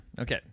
Okay